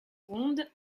ronde